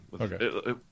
Okay